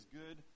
good